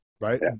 right